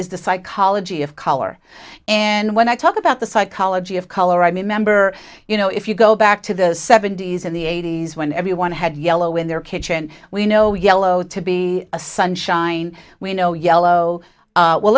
is the psychology of color and when i talk about the psychology of color i mean member you know if you go back to the seventy's in the eighty's when everyone had yellow in their kitchen we know yellow to being a sunshine we know yellow well